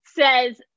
says